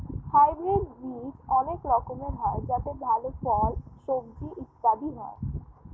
hybrid বীজ অনেক রকমের হয় যাতে ভালো ফল, সবজি ইত্যাদি হয়